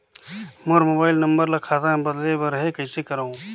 मोर mobile number ल खाता मे बदले बर हे कइसे करव?